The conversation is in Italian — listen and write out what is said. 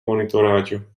monitoraggio